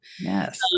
Yes